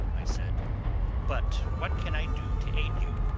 i said but what can i do to aid you?